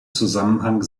zusammenhang